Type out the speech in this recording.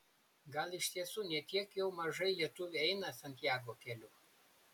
gal iš tiesų ne tiek jau mažai lietuvių eina santiago keliu